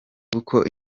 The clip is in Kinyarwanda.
uko